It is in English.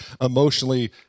emotionally